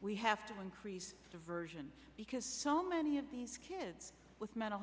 we have to increase diversion because so many of these kids mental